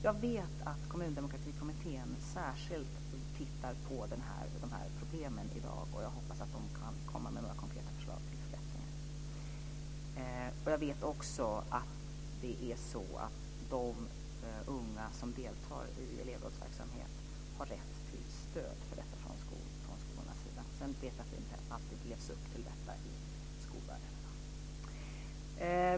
Jag vet att Kommundemokratikommittén särskilt tittar på de här problemen i dag. Jag hoppas att den kan komma med några konkreta förslag till förbättringar. Jag vet också att de unga som deltar i elevrådsverksamhet har rätt till stöd för detta från skolornas sida. Sedan vet jag att det inte alltid levs upp till detta i skolvärlden i dag.